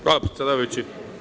Hvala, predsedavajući.